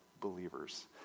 believers